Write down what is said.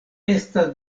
estas